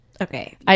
Okay